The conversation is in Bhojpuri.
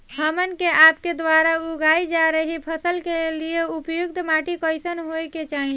हमन के आपके द्वारा उगाई जा रही फसल के लिए उपयुक्त माटी कईसन होय के चाहीं?